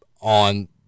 on